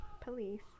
Police